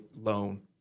loan